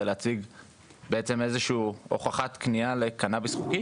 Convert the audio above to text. להציג איזו שהיא הוכחת קנייה לקנביס חוקי?